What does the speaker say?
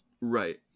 Right